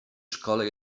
szkole